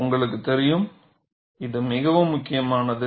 உங்களுக்கு தெரியும் இது மிகவும் முக்கியமானது